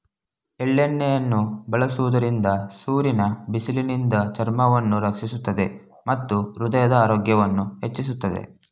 ಎಳ್ಳೆಣ್ಣೆಯನ್ನು ಬಳಸುವುದರಿಂದ ಸೂರ್ಯನ ಬಿಸಿಲಿನಿಂದ ಚರ್ಮವನ್ನು ರಕ್ಷಿಸುತ್ತದೆ ಮತ್ತು ಹೃದಯದ ಆರೋಗ್ಯವನ್ನು ಹೆಚ್ಚಿಸುತ್ತದೆ